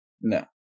No